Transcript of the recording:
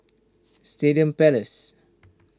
Stadium Place